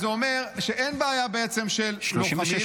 אז זה אומר בעצם שאין בעיה של לוחמים,